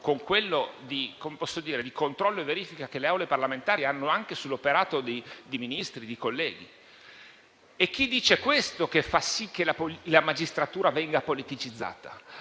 con quello di controllo e verifica che le Assemblee parlamentari hanno anche sull'operato di Ministri e di colleghi. È chi dice questo che fa sì che la magistratura venga politicizzata.